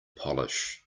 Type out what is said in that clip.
polish